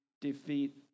defeat